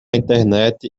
internet